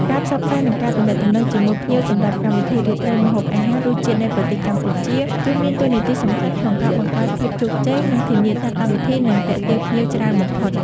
ការផ្សព្វផ្សាយ និងការទំនាក់ទំនងជាមួយភ្ញៀវសម្រាប់កម្មវិធីរាត្រីម្ហូបអាហារ “រសជាតិនៃប្រទេសកម្ពុជា” គឺមានតួនាទីសំខាន់ក្នុងការបង្កើតភាពជោគជ័យ និងធានាថាកម្មវិធីនឹងទាក់ទាញភ្ញៀវច្រើនបំផុត។